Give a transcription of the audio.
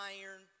iron